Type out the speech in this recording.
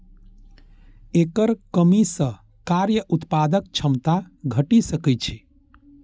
एकर कमी सं कार्य उत्पादक क्षमता घटि सकै छै